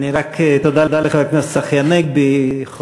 תודה לחבר הכנסת צחי הנגבי.